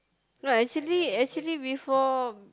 no actually actually before